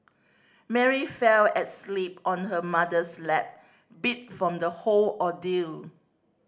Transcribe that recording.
Mary fell asleep on her mother's lap beat from the whole ordeal